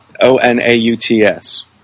O-N-A-U-T-S